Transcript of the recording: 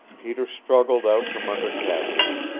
peter struggled out from under cassidy,